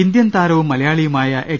Indian താരവും മലയാളിയുമായ H